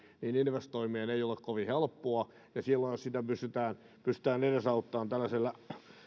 investoiminen ei ole kovin helppoa ja silloin jos sitä pystytään edesauttamaan tällaisella